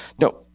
No